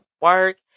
work